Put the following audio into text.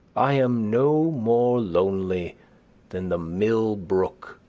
i am no more lonely than the mill brook,